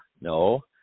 no